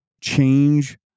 change